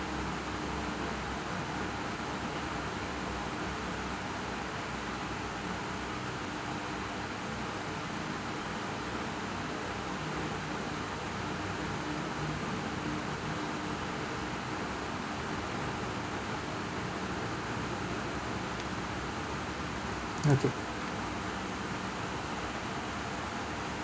okay